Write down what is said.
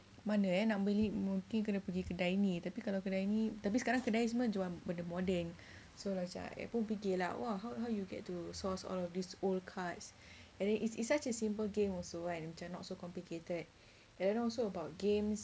mana eh nak beli mungkin kena pergi kedai ni tapi kalau kedai ni tapi sekarang kedai semua jual benda-benda modern so macam I pun fikir lah like !wah! how how you get to source all of this old cards and then it's it's such a simple game also macam not so complicated and then also about games